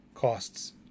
costs